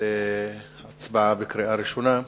להצבעה בקריאה ראשונה.